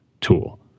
tool